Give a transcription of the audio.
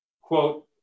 quote